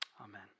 Amen